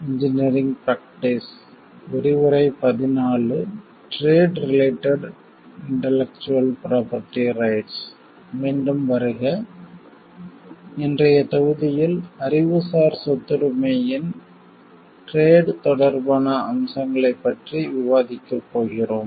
இன்றைய தொகுதியில் அறிவுசார் சொத்துரிமையின் இன்டெலக்ஸுவல் ப்ரொபெர்ட்டி ரைட்ஸ் டிரேட் வர்த்தகம் தொடர்பான அம்சங்களைப் பற்றி விவாதிக்கப் போகிறோம்